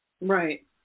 Right